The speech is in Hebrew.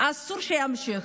אסור שיימשך.